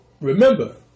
Remember